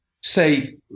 say